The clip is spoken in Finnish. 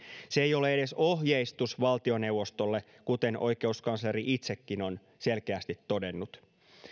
se ei ole edes ohjeistus valtioneuvostolle kuten oikeuskansleri itsekin on selkeästi todennut